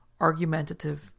argumentative